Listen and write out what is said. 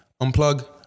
unplug